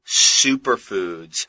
superfoods